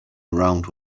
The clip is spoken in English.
around